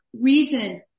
reason